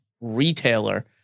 retailer